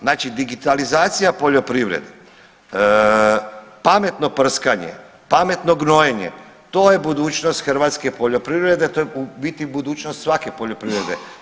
Znači digitalizacija poljoprivrede, pametno prskanje, pametno gnojenje to je budućnost hrvatske poljoprivrede, to je u biti budućnost svake poljoprivrede.